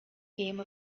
came